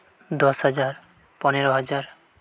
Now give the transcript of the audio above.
ᱫᱚᱥ ᱦᱟᱡᱟᱨ ᱯᱚᱱᱮᱨᱚ ᱦᱟᱡᱟᱨ